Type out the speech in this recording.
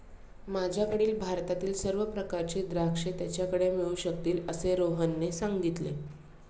माझ्याकडील भारतातील सर्व प्रकारची द्राक्षे त्याच्याकडे मिळू शकतील असे रोहनने सांगितले